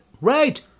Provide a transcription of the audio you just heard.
Right